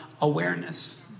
awareness